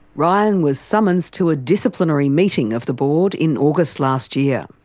ryan was summonsed to a disciplinary meeting of the board in august last year.